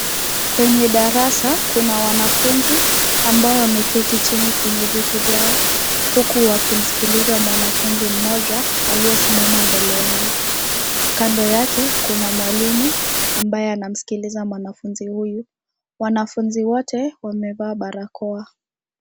Kwenye darasa kuna wanafunzi, ambao wameketi chini kwenye viti vyao, huku wakimsikiliza mwanafunzi mmoja, aliyesimama mbele yao, kando yake, kuna mwalimu, ambaye anamsikiliza mwanafunzi huyu, wanafunzi wote wamevaa barakoa.